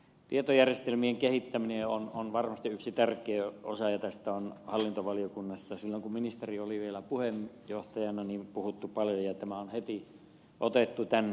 tietojärjestelmien kehittäminen on varmasti yksi tärkeä osa ja tästä on hallintovaliokunnassa silloin kun ministeri oli vielä puheenjohtajana puhuttu paljon ja tämä on heti otettu tänne